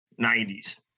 90s